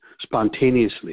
spontaneously